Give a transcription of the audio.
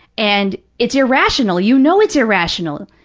and it's irrational. you know it's irrational.